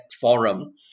forum